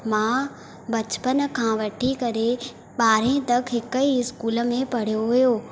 मां बचपन खां वठी करे ॿारहें तक हिकु ई स्कूल में पढ़ियो हुयो